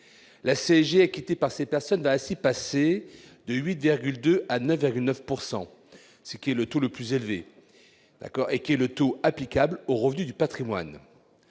la CSG acquittée par ces personnes ainsi passer de 8,2 à 9,9 ce qui est le taux le plus z'élevé qui est le taux applicable aussi aux revenus du Patrimoine